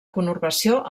conurbació